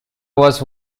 was